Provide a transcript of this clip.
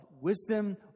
wisdom